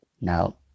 now